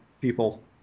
people